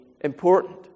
important